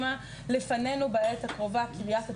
לפנינו בעת הקרובה קריית התקשוב.